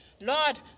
Lord